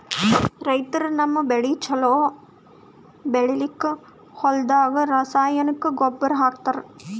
ರೈತರ್ ತಮ್ಮ್ ಬೆಳಿ ಛಲೋ ಬೆಳಿಲಿಕ್ಕ್ ಹೊಲ್ದಾಗ ರಾಸಾಯನಿಕ್ ಗೊಬ್ಬರ್ ಹಾಕ್ತಾರ್